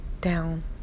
down